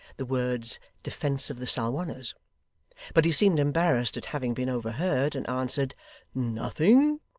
the words defence of the salwanners but he seemed embarrassed at having been overheard, and answered nothing.